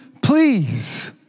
please